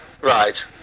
Right